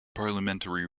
parliamentary